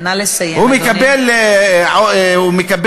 הוא מקבל פרס?